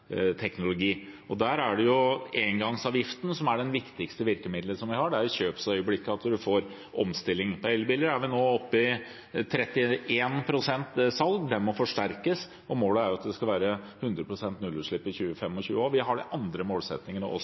får omstilling. For elbiler er vi nå oppe i 31 pst. salg. Det må forsterkes, og målet er at det skal være 100 pst. nullutslipp i 2025, og vi har også de andre målsettingene